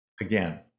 Again